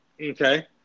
Okay